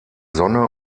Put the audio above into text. sonne